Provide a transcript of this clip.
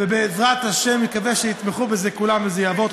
ובעזרת השם, נקווה שיתמכו בזה כולם וזה יעבור.